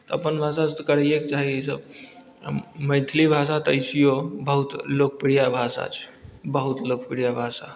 तऽ अपन भाषासँ करैएके चाही ई सब हम मैथिली भाषा तऽ बहुत लोकप्रिय भाषा छै बहुत लोकप्रिय भाषा